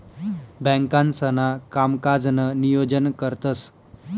बँकांसणा कामकाजनं नियोजन करतंस